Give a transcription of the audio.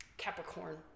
Capricorn